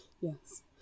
Yes